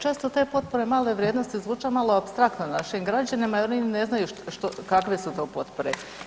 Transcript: Često te potpore male vrijednosti zvuče malo apstraktno našim građanima i oni ne znaju kakve su to potpore.